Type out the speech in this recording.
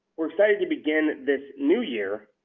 we're excited to begin this new year,